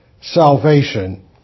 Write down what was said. Salvation